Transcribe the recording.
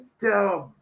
dumb